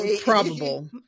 probable